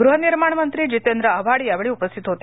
गृहनिर्माण मंत्री जितेंद्र आव्हाड यावेळी उपस्थित होते